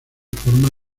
forma